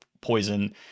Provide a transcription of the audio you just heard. poison